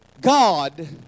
God